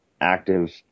active